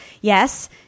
Yes